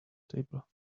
table